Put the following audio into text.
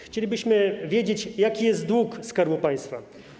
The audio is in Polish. Chcielibyśmy wiedzieć, jaki jest dług Skarbu Państwa.